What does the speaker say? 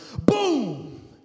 Boom